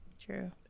true